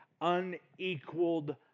unequaled